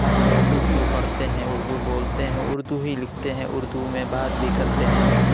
ہم لوگ اردو پڑھتے ہیں اردو بولتے ہیں اردو ہی لکھتے ہیں اردو میں بات بھی کرتے ہیں